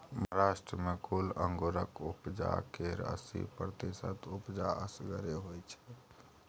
महाराष्ट्र मे कुल अंगुरक उपजा केर अस्सी प्रतिशत उपजा असगरे होइ छै